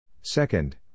Second